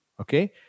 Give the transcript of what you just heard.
Okay